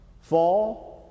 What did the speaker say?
fall